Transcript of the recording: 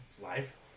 life